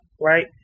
right